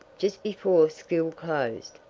just before school closed,